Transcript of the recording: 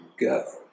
go